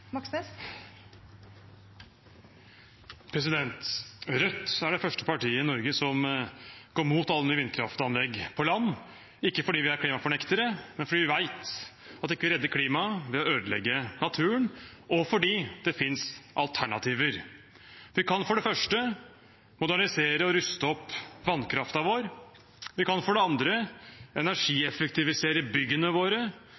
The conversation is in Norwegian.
det første partiet i Norge som går mot alle nye vindkraftanlegg på land – ikke fordi vi er klimafornektere, men fordi vi vet at vi ikke redder klimaet ved å ødelegge naturen, og fordi det fins alternativer. Vi kan for det første modernisere og ruste opp vannkraften vår. Vi kan for det andre energieffektivisere byggene våre.